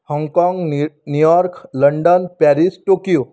हाँगकाँग New New York London Paris Tokyo